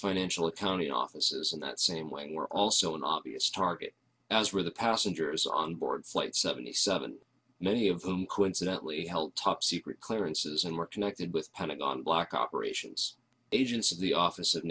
financial accounting offices in that same way were also an obvious target as were the passengers on board flight seventy seven many of them coincidently helped top secret clearances and were connected with pentagon black operations agents of the office of